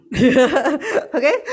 okay